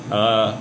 uh